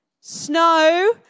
snow